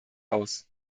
aus